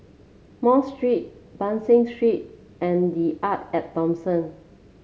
Mosque Street Ban San Street and The Arte At Thomson